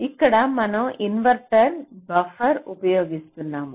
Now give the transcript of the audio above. ఇక్కడ మనం ఇన్వర్టర్ను బఫర్గా ఉపయోగిస్తాము